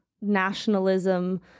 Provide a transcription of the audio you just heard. nationalism